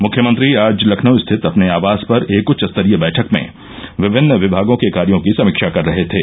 मुख्यमंत्री आज लखनऊ स्थित अपने आवास पर एक उच्चस्तरीय बैठक में विभिन्न विभागों के कार्यो की समीक्षा कर रहे थे